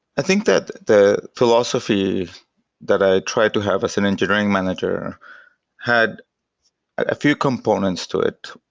i think that the philosophy that i tried to have as an engineering manager had a few components to it.